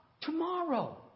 tomorrow